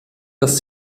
das